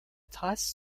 trace